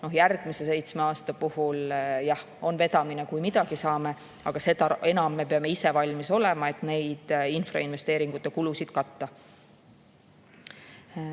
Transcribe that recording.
Järgmise seitsme aasta puhul, jah, on vedamine, kui midagi saame, aga seda enam peame me ise valmis olema, et infrainvesteeringute kulusid katta.